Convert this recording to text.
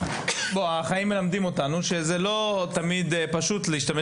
החיים מלמדים אותנו שזה לא תמיד פשוט להשתמש